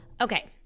Okay